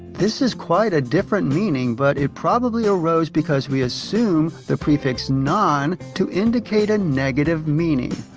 this is quite a different meaning but it probably arose because we assume the prefix non to indicate a negative meaning.